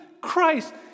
Christ